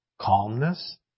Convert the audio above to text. Calmness